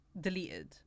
deleted